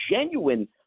genuine